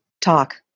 talk